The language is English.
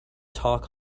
talk